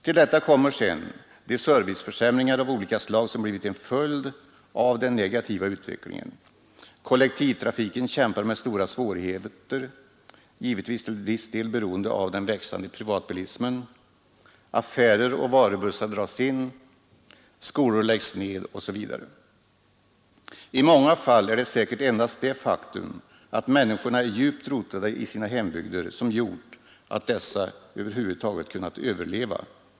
Till detta kommer sedan de serviceförsämringar av olika slag som blivit en följd av den negativa utvecklingen; kollektivtrafiken kämpar med stora svårigheter — givetvis till viss del beroende på den växande privatbilismen — affärer och varubussar dras in, skolor läggs ned osv. I många fall är det säkert endast det faktum att människorna är djupt rotade i sina hembygder som gjort att dessa över huvud taget kunnat överleva.